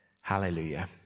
Hallelujah